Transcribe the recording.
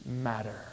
matter